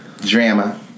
Drama